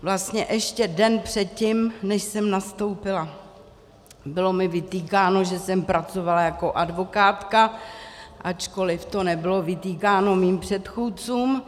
Vlastně ještě den předtím, než jsem nastoupila, mi bylo vytýkáno, že jsem pracovala jako advokátka, ačkoli to nebylo vytýkáno mým předchůdcům.